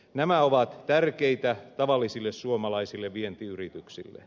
nämä ovat tärkeitä tavallisille suomalaisille vientiyrityksille